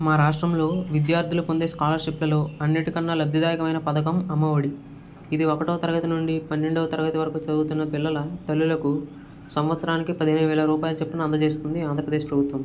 మా రాష్ట్రంలో విద్యార్ధులు పొందే స్కాలర్షిప్లలో అన్నిటికన్నా లబ్ది దాయకమైన పథకం అమ్మ ఒడి ఇది ఒకటో తరగతి నుండి పన్నెండవ తరగతుల వరకు చదువుతున్న పిల్లల తల్లులకు సంవత్సరానికి పదిహేను వేల రూపాయల చొప్పున అందజేస్తుంది ఆంధ్రప్రదేశ్ ప్రభుత్వం